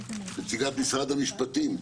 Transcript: נציגת משרד המשפטים,